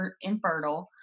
infertile